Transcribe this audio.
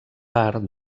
part